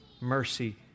mercy